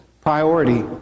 priority